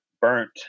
burnt